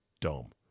dome